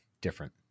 different